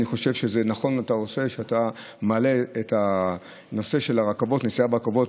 אני חושב שזה נכון שאתה מעלה את נושא הנסיעה ברכבות,